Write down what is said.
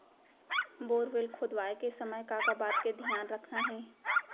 Borewell खोदवाए के समय का का बात के धियान रखना हे?